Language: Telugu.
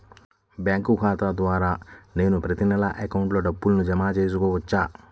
బ్యాంకు ఖాతా ద్వారా నేను ప్రతి నెల అకౌంట్లో డబ్బులు జమ చేసుకోవచ్చా?